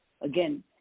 Again